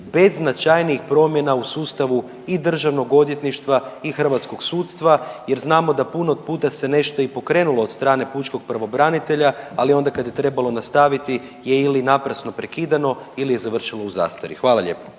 bez značajnijih promjena u sustavu i DORH-a i hrvatskog sudstva? Jer znamo da puno puta se nešto i pokrenulo od strane pučkog pravobranitelja, a li onda kad je trebalo nastaviti je ili naprasno prekidano ili je završilo u zastari. Hvala lijepo.